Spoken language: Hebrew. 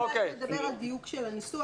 אולי נדבר על דיוק של הניסוח,